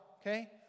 okay